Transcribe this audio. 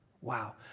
Wow